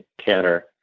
canter